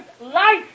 life